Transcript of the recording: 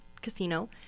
casino